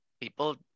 people